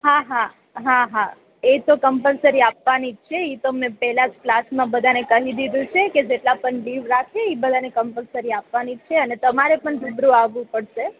હા હા હા હા એતો કમપલસરી આપવાની જ છે એ તો અમે પહેલા ક્લાસમાં બધાને કહી દીધું છે જેટલા પણ દિવસની રાખે એ બધા ને કંપલસરી આપવાની જ છે અને તમારે પણ રૂબરૂ આવવું પડશે